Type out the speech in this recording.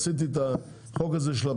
עשיתי את החוק הזה שם,